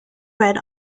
read